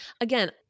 Again